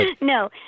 no